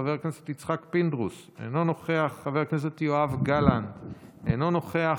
חבר הכנסת יצחק פינדרוס, אינו נוכח,